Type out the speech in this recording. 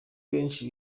benshi